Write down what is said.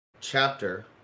chapter